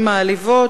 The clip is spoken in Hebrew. ומעליבות